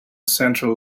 central